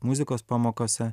muzikos pamokose